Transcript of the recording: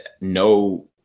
no